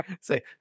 Say